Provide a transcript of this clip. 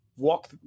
walk